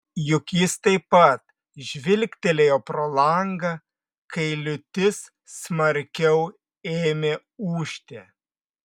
juk jis taip pat žvilgtelėjo pro langą kai liūtis smarkiau ėmė ūžti